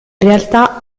realtà